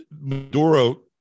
Maduro